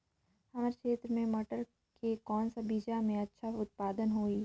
हमर क्षेत्र मे मटर के कौन सा बीजा मे अच्छा उत्पादन होही?